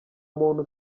muntu